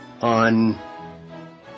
on